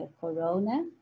Corona